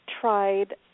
Tried